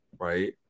right